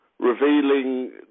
Revealing